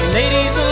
ladies